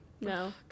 No